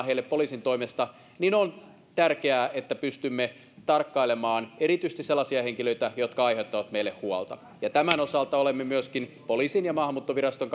heille palautussuunnitelmaa poliisin toimesta niin on tärkeää että pystymme tarkkailemaan erityisesti sellaisia henkilöitä jotka aiheuttavat meille huolta tämän osalta olemme myöskin poliisin ja maahanmuuttoviraston